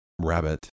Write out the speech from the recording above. Rabbit